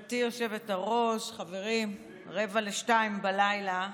גברתי היושבת-ראש, חברים, רבע לשתיים בלילה,